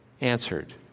answered